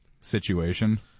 situation